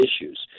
issues